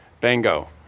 Bingo